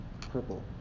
purple